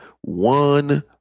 one